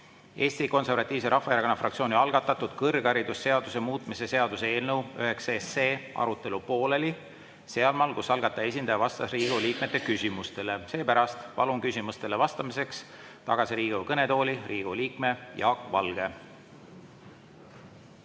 Eesti Konservatiivse Rahvaerakonna fraktsiooni algatatud kõrgharidusseaduse muutmise seaduse eelnõu nr 9 arutelu pooleli sealmaal, kus algataja esindaja vastas Riigikogu liikmete küsimustele. Seepärast palun küsimustele vastamiseks tagasi Riigikogu